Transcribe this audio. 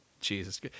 Jesus